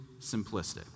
simplistic